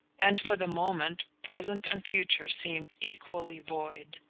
and for the moment present and future seemed equally void.